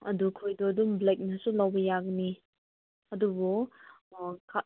ꯑꯗꯨ ꯈꯣꯏꯗꯣ ꯑꯗꯨꯝ ꯕ꯭ꯂꯦꯛꯅꯁꯨ ꯂꯧꯕ ꯌꯥꯒꯅꯤ ꯑꯗꯨꯕꯨ ꯀꯥꯔꯗ